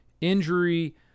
injury